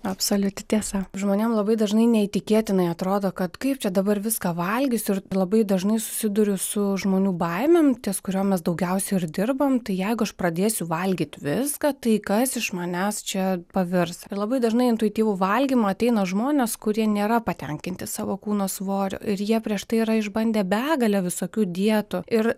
absoliuti tiesa žmonėm labai dažnai neįtikėtinai atrodo kad kaip čia dabar viską valgysiu ir labai dažnai susiduriu su žmonių baimėm ties kuriom mes daugiausiai ir dirbam tai jeigu aš pradėsiu valgyt viską tai kas iš manęs čia pavirs labai dažnai intuityvų valgymą ateina žmonės kurie nėra patenkinti savo kūno svoriu ir jie prieš tai yra išbandę begalę visokių dietų ir